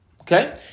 Okay